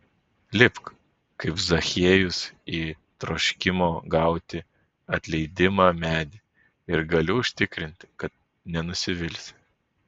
lipk kaip zachiejus į troškimo gauti atleidimą medį ir galiu užtikrinti kad nenusivilsi